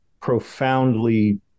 profoundly